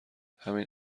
همین